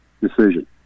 decision